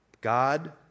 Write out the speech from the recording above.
God